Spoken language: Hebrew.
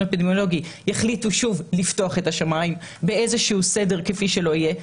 כזה יחליטו שוב לפתוח את השמיים באיזשהו סדר כפי שלא יהיה,